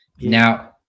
Now